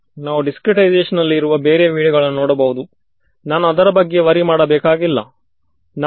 ನೀವು r ನ್ನು ದೊಡ್ಡ ಸಂಖ್ಯೆಯಾಗಿ ತೆಗೆದುಕೊಳ್ಳುತ್ತೀರೋ